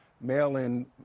mail-in